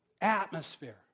atmosphere